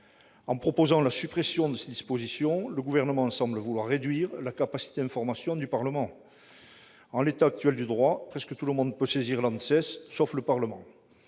En proposant la suppression de l'article, le Gouvernement semble vouloir réduire la capacité d'information du Parlement. En l'état actuel du droit, presque tout le monde peut saisir l'ANSES, sauf le Parlement